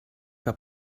que